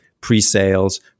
pre-sales